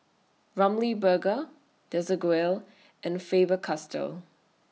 Ramly Burger Desigual and Faber Castell